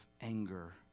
anger